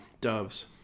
Doves